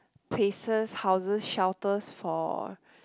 places houses shelters for